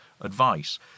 advice